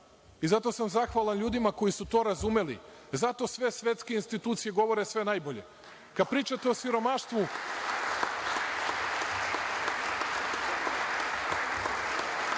i zato sam zahvalan i ljudima koji su to razumeli. Zato sve svetske institucije govore sve najbolje. Kada pričaju o siromaštvu,